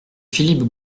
philippe